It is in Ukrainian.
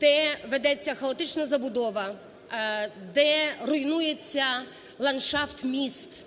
де ведеться хаотична забудова, де руйнується ландшафт міст,